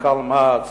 מנכ"ל מע"צ